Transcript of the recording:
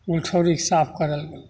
गुरठौरीके साफ करल गेल